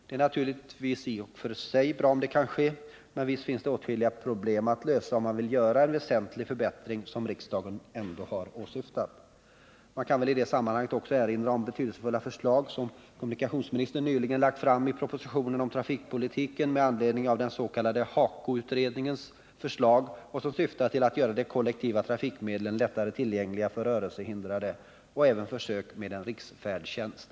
Det är naturligtvis i och för sig bra om det kan ske, men visst finns det åtskilliga problem att lösa, om man vill göra den väsentliga förbättring som riksdagen ändå har åsyftat. Man kan väl i det sammanhanget också erinra om betydelsefulla förslag som kommunikationsministern nyligen lagt fram i propositionen om trafikpolitiken med anledning av den s.k. HAKO utredningens förslag och som syftar till att göra de kollektiva trafikmedlen lättare tillgängliga för rörelsehindrade. Det gäller även försök med en riksfärdtjänst.